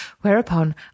whereupon